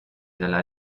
della